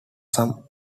some